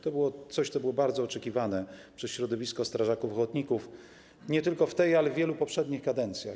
To było coś, co było bardzo oczekiwane przez środowisko strażaków ochotników, nie tylko w tej, ale w wielu poprzednich kadencjach.